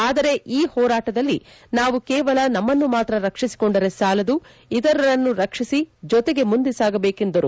ಆದರೆ ಈ ಹೋರಾಟದಲ್ಲಿ ನಾವು ಕೇವಲ ನಮ್ಮನ್ನು ಮಾತ್ರ ರಕ್ಷಿಸಿಕೊಂಡರೆ ಸಾಲದು ಇತರರನ್ನೂ ರಕ್ಷಿಸಿ ಜೊತೆಗೆ ಮುಂದೆ ಸಾಗಬೇಕು ಎಂದರು